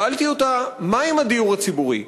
שאלתי אותה, מה עם הדיור הציבורי?